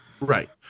Right